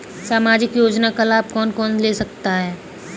सामाजिक योजना का लाभ कौन कौन ले सकता है?